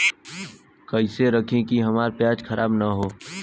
कइसे रखी कि हमार प्याज खराब न हो?